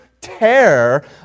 terror